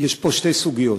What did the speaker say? יש פה שתי סוגיות.